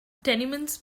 tenements